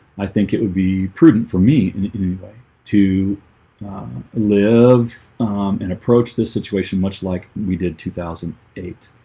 i think it would be prudent for me anyway to live and approach this situation much like we did two thousand eight